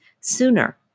sooner